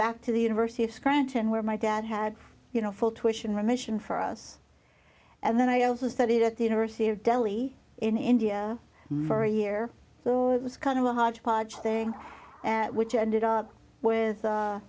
back to the university of scranton where my dad had you know full tuition remission for us and then i also studied at the university of delhi in india for a year it was kind of a hodgepodge thing which ended up with a